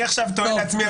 אני עכשיו תוהה לעצמי,